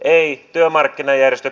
arvoisa puhemies